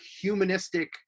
humanistic